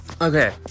Okay